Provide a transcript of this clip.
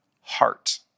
heart